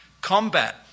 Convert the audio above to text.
combat